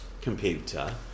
computer